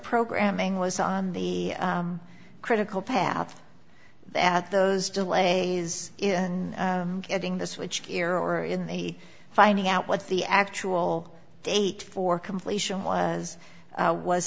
programming was on the critical path that those delays in getting the switch gear or in they finding out what the actual date for completion was